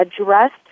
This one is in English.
addressed